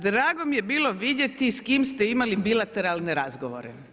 Drago mi je bilo vidjeti s kim ste imali bilateralne razgovara.